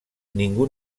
ningú